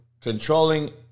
controlling